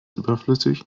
überflüssig